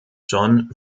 john